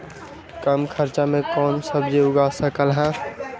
कम खर्च मे कौन सब्जी उग सकल ह?